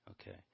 Okay